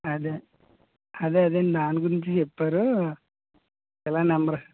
అదే అదే అదే అండి దాని గురించి చెప్పారు ఇలా నంబరు